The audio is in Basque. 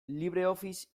libreoffice